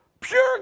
pure